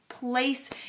Place